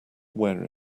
wear